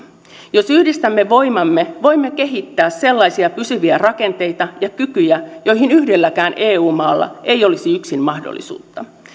jos yhdistämme voimamme voimme kehittää sellaisia pysyviä rakenteita ja kykyjä joihin yhdelläkään eu maalla ei olisi yksin mahdollisuutta